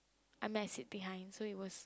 I mean I sit behind so it was